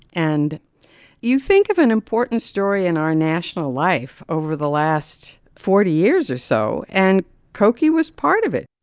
and you think of an important story in our national life over the last forty years or so, and cokie was part of it